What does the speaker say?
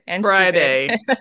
Friday